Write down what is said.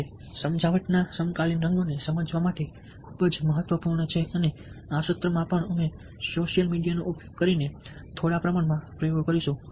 હવે સમજાવટના સમકાલીન રંગોને સમજવા માટે ખૂબ જ મહત્વપૂર્ણ છે અને આ સત્રમાં પણ અમે સોશિયલ મીડિયાનો ઉપયોગ કરીને થોડા પ્રયોગો કરીશું